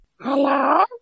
Hello